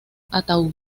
ataúd